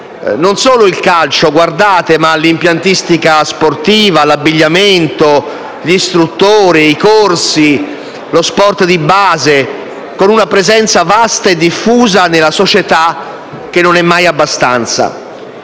non solo il calcio ma l'impiantistica sportiva, l'abbigliamento, gli istruttori, i corsi, lo sport di base, con una presenza vasta e diffusa nella società che non è mai abbastanza.